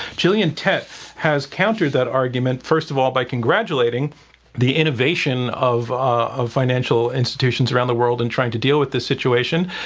gillian tett has countered that argument first of all by congratulating the innovation of of financial institutions around the world in trying to deal with this situation,